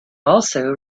also